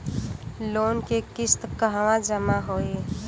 Loan के किस्त कहवा जामा होयी?